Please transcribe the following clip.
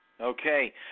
Okay